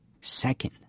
Second